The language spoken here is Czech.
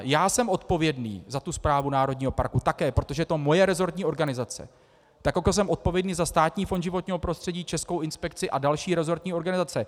Já jsem odpovědný za správu národního parku také, protože to je moje rezortní organizace, tak jako jsem odpovědný za Státní fond životního prostředí, Českou inspekci a další rezortní organizace.